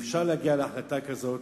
אפשר להגיע להחלטה כזאת.